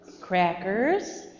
crackers